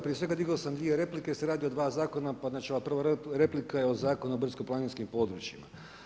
Prije svega digao sam dvije replike jer se radi o dva zakona pa znači ova prva replika je od Zakona o brdsko-planinskim područjima.